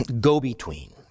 go-between